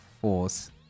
force